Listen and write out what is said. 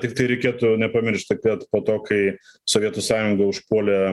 tiktai reikėtų nepamiršti kad po to kai sovietų sąjunga užpuolė